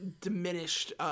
diminished